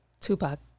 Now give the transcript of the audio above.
Tupac